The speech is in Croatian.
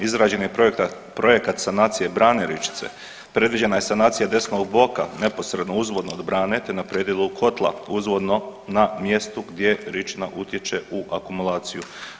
Izrađen je projekat sanacije brane Ričice, predviđena je sanacija desnog boka neposredno uzvodno od brane, te na predjelu kotla uzvodno na mjestu gdje Ričina utječe u akumulaciju.